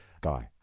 guy